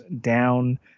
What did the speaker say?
down